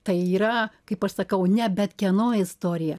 tai yra kaip aš sakau ne bet kieno istorija